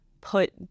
put